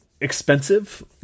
expensive